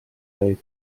käis